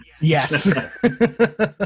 Yes